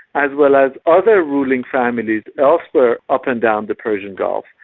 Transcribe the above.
as well as other ruling families elsewhere up and down the persian gulf,